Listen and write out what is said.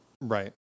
right